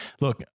look